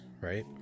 right